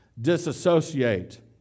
disassociate